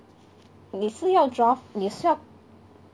你是要 draft 你是要